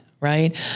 right